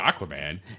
Aquaman